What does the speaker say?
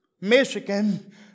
Michigan